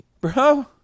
bro